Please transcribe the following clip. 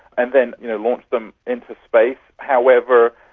and then you know launch them into space. however,